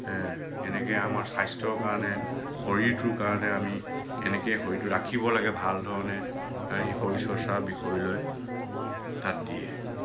কেনেকৈ আমাৰ স্বাস্থ্যৰ কাৰণে শৰীৰটো কাৰণে আমি কেনেকৈ শৰীৰটো ৰাখিব লাগে ভালধৰণে এই শৰীৰ চৰ্চাৰ বিষয় লৈ তাত দিয়ে